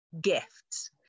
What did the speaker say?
gifts